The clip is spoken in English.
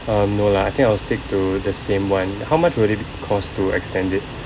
um no lah I think I will stick to the same one how much would it be cost to extend it